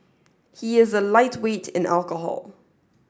he is a lightweight in alcohol